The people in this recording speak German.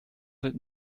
sind